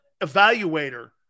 evaluator